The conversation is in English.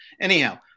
anyhow